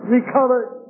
recovered